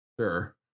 Sure